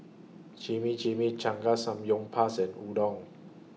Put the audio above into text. Chimichangas Samgyeopsal and Udon